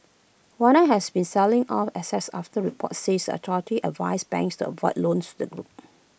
Wanda has been selling off assets after reports said the authorities advised banks to avoid loans to the group